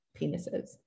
penises